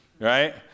right